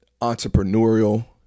entrepreneurial